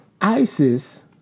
ISIS